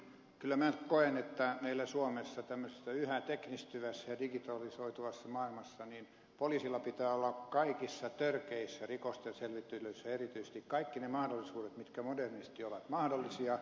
kyllä minä nyt koen että meillä suomessa tämmöisessä yhä teknistyvässä ja digitalisoituvassa maailmassa poliisilla pitää olla erityisesti kaikissa törkeiden rikosten selvittelyissä kaikki ne mahdollisuudet jotka modernisti ovat mahdollisia